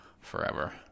forever